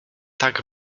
tak